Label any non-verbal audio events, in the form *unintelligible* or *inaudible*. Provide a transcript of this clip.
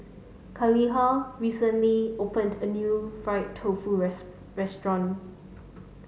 Khalilah recently opened a new fried tofu *unintelligible* restaurant